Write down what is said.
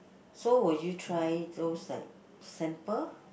so will you try those like sample